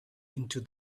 into